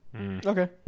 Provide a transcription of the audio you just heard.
Okay